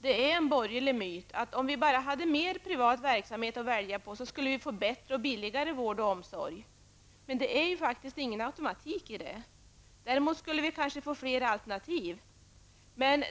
Det är en borgerlig myt att om vi bara hade mer privat verksamhet att välja på, skulle vi få bättre och billigare vård och omsorg. Men det ligger faktiskt inte någon automatik i detta. Däremot skulle alternativen kanske bli flera.